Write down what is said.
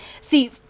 See